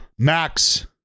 Max